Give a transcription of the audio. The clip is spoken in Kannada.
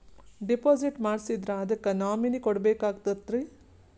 ಡಿಪಾಜಿಟ್ ಮಾಡ್ಸಿದ್ರ ಅದಕ್ಕ ನಾಮಿನಿ ಕೊಡಬೇಕಾಗ್ತದ್ರಿ?